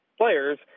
players